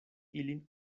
ilin